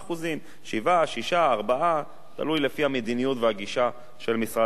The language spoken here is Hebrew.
7%, 6%, 4%, תלוי במדיניות ובגישה של משרד האוצר.